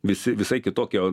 visi visai kitokia